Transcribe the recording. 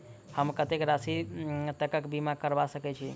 हम कत्तेक राशि तकक बीमा करबा सकै छी?